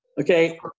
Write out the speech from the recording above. okay